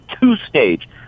two-stage